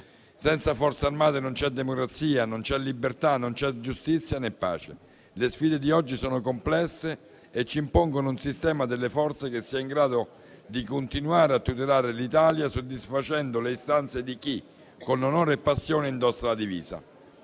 Senza Forze armate non c'è democrazia, non c'è libertà, non c'è giustizia, né pace. Le sfide di oggi sono complesse e ci impongono un sistema delle Forze che sia in grado di continuare a tutelare l'Italia, soddisfacendo le istanze di chi, con onore e passione, indossa la divisa.